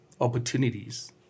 opportunities